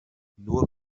nur